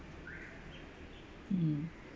mm